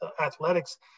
athletics